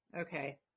okay